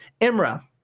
Imra